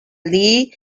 lee